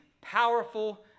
powerful